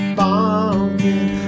bonking